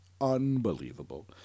unbelievable